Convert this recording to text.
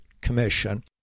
Commission